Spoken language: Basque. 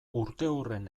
urteurren